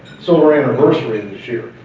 silver anniversary this year.